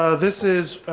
ah this is.